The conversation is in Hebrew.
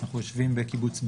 אנחנו יושבים בקיבוץ בארי,